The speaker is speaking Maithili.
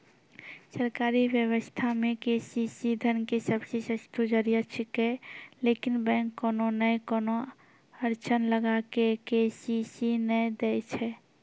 सरकारी व्यवस्था मे के.सी.सी धन के सबसे सस्तो जरिया छिकैय लेकिन बैंक कोनो नैय कोनो अड़चन लगा के के.सी.सी नैय दैय छैय?